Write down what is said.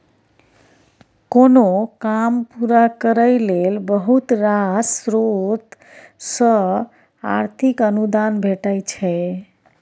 कोनो काम पूरा करय लेल बहुत रास स्रोत सँ आर्थिक अनुदान भेटय छै